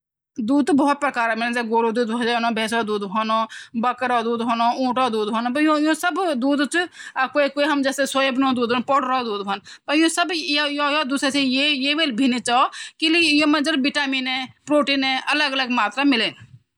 हों बई हमा खाण्डों म अगर हम सबसे ज़्यादा हरी सब्ज़ी यूज़ कन हरी हरी चीज़ खाना च त हमा आँखा ठीक रन और वे जन हरी मिर्च भी खाना त वेन भी हमा आँखा ठीक रन ईले हमू हमेशा हरी सब्ज़ी के भी रूप म खाण चैन